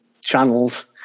channels